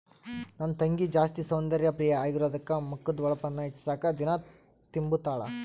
ನನ್ ತಂಗಿ ಜಾಸ್ತಿ ಸೌಂದರ್ಯ ಪ್ರಿಯೆ ಆಗಿರೋದ್ಕ ಮಕದ್ದು ಹೊಳಪುನ್ನ ಹೆಚ್ಚಿಸಾಕ ದಿನಾ ತಿಂಬುತಾಳ